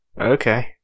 Okay